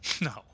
No